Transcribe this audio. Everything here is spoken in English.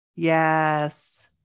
yes